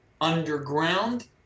underground